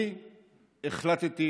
אני החלטתי